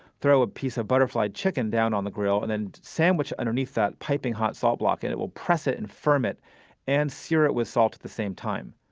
throw a piece of butterflied chicken down on the grill and then sandwich underneath that piping hot salt block. and it will press it, and firm it and sear it with salt at the same time.